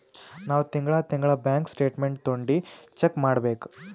ನಾವ್ ತಿಂಗಳಾ ತಿಂಗಳಾ ಬ್ಯಾಂಕ್ ಸ್ಟೇಟ್ಮೆಂಟ್ ತೊಂಡಿ ಚೆಕ್ ಮಾಡ್ಬೇಕ್